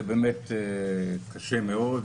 זה קשה מאוד.